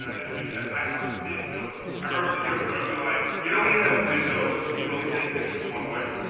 ah it was because i have a big nose. i remember the joke too, i'd be like, you know when you have a big nose you can only take pictures one way,